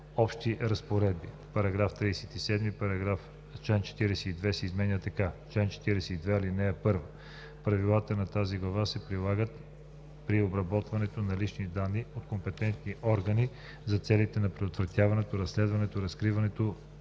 Общи разпоредби“. § 37. Член 42 се изменя така: „Чл. 42. (1) Правилата на тази глава се прилагат при обработването на лични данни от компетентни органи за целите на предотвратяването, разследването, разкриването